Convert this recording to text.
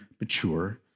mature